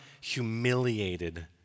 humiliated